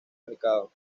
mercado